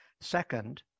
second